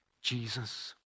Jesus